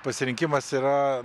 pasirinkimas yra